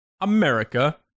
America